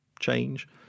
change